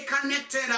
connected